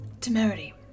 temerity